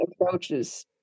approaches